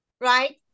Right